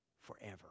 forever